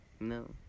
No